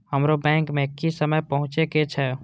हमरो बैंक में की समय पहुँचे के छै?